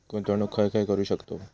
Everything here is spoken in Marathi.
गुंतवणूक खय खय करू शकतव?